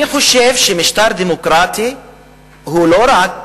אני חושב שמשטר דמוקרטי לא רק